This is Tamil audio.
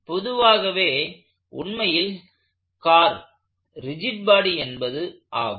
பொதுவாகவே உண்மையில் கார் ரிஜிட் பாடி என்பது ஒரு ஆகும்